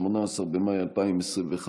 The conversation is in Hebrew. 18 במאי 2021,